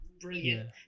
Brilliant